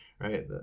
right